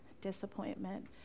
disappointment